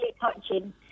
touching